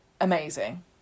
amazing